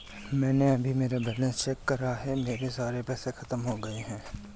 मैंने अभी मेरा बैलन्स चेक करा है, मेरे सारे पैसे खत्म हो गए हैं